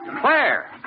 Claire